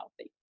healthy